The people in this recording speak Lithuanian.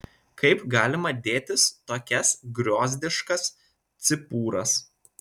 kaip galima dėtis tokias griozdiškas cipūras